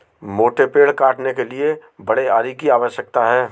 मोटे पेड़ काटने के लिए बड़े आरी की आवश्यकता है